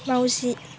माउजि